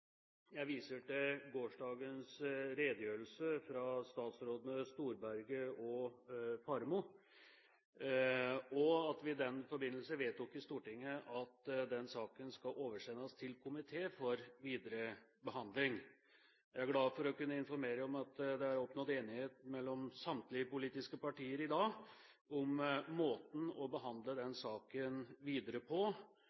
Jeg viser til gårsdagens redegjørelse fra statsrådene Storberget og Faremo og at vi i den forbindelse vedtok i Stortinget at den saken skal oversendes til en komité for videre behandling. Jeg er glad for å kunne informere om at det er oppnådd enighet mellom samtlige politiske partier i dag om måten å behandle den